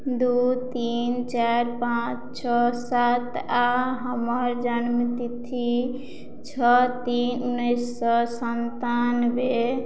दू तीन चारि पाँच छओ सात आ हमर जन्म तिथि छओ तीन उन्नैस सए संतानबे